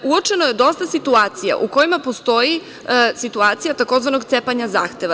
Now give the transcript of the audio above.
Uočeno je dosta situacija u kojima postoji situacija tzv. „cepanja zahteva“